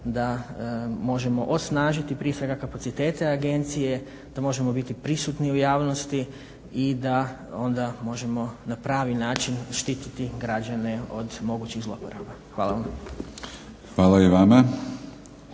da možemo osnažiti prije svega kapacitete agencije, da možemo biti prisutni u javnosti i da onda možemo na pravi način štititi građane od mogućih zlouporaba. Hvala vam. **Batinić,